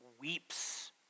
weeps